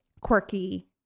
Quirky